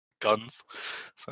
guns